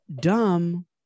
Dumb